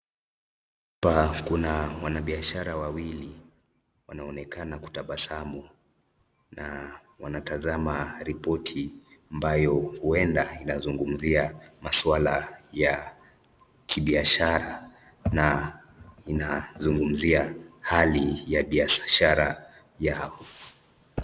Hapa Kuna wanabiashara wawili wanaonekana kutabasamu na wanatazama ripoti ambayo huenda inazumgumzia masuala ya kibiashara na inazumgumzia hali ya biashara Yao.